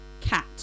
cat